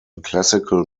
classical